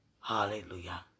Hallelujah